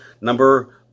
Number